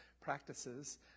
practices